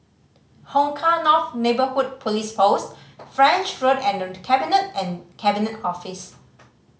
Hong Kah North Neighbourhood Police Post French Road and The Cabinet and Cabinet Office